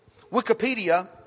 Wikipedia